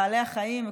בעלי החיים,